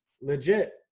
legit